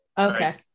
Okay